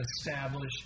established